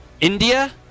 India